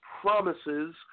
promises